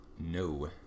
No